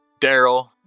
Daryl